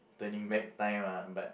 turning back time lah but